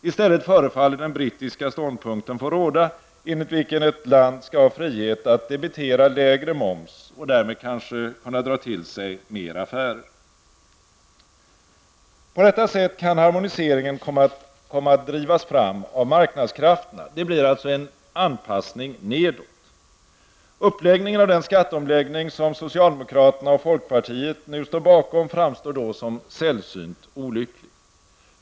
I stället förefaller den brittiska ståndpunkten få råda, enligt vilken ett land skall ha frihet att debitera lägre moms och därmed kanske kunna dra till sig mer affärer. På detta sätt kan harmoniseringen komma att drivas fram av marknadskrafterna. Det blir en anpassning nedåt. Uppläggningen av den skatteomläggning som socialdemokraterna och folkpartiet nu står bakom framstår då som sällsynt olycklig.